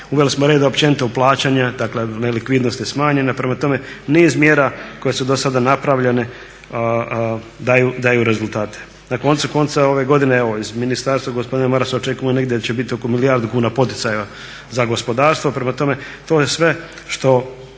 Uveli smo reda općenito u plaćanja, dakle nelikvidnost je smanjena. Prema tome niz mjera koje su do sada napravljene daju rezultate. Na koncu konca ove godine evo iz ministarstva gospodina Marasa očekujemo negdje da će biti oko milijardu kuna poticaja za gospodarstvo. Prema tome, to je sve što